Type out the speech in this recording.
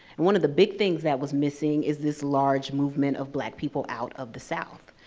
one of the big things that was missing is this large movement of black people out of the south.